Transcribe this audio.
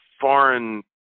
foreign